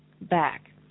back